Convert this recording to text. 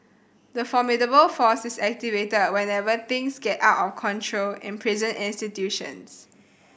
the formidable force is activated whenever things get out of control in prison institutions